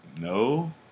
no